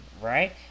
right